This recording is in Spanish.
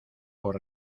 por